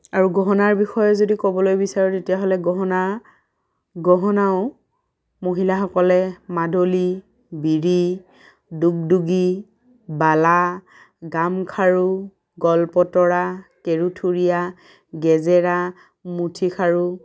আৰু গহনাৰ বিষয়ে যদি ক'বলৈ বিচাৰোঁ তেতিয়াহ'লে গহনা গহনাও মহিলাসকলে মাদলী বিৰি দুগদুগী বালা গামখাৰু গল পতৰা কেৰু থুৰীয়া গেজেৰা মুঠি খাৰু